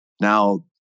now